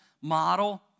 model